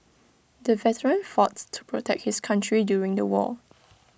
the veteran fought to protect his country during the war